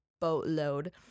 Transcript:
Boatload